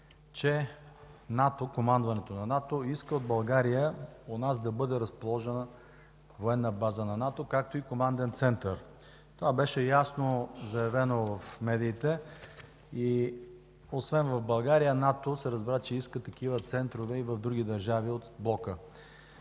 че командването на НАТО иска от България у нас да бъде разположена военна база на НАТО, както и Команден център. Това беше ясно заявено в медиите. Разбра се, че освен в България, НАТО иска такива центрове и в други държави от Блока.